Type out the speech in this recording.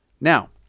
Now